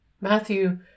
Matthew